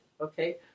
Okay